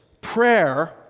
prayer